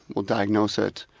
we'll diagnose it,